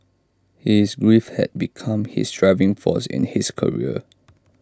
his grief had become his driving force in his career